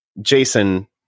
jason